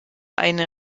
eine